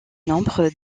nombre